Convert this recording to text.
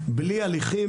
בלי הליכים